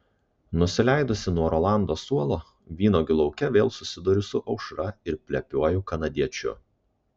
nusileidusi nuo rolando suolo vynuogių lauke vėl susiduriu su aušra ir plepiuoju kanadiečiu